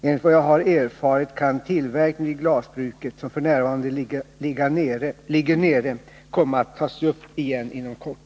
Enligt vad jag har erfarit kan tillverkningen vid glasbruket, som f.n. ligger nere, komma att tas upp igen inom kort.